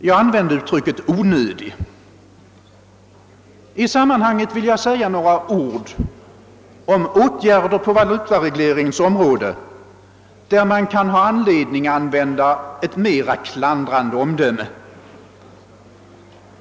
Jag använde uttrycket »onödiga». I sammanhanget vill jag säga några ord om åtgärder på valutaregleringens område beträffande vilka man kan ha anledning att använda ett mera klandrande omdöme.